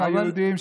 היהודים,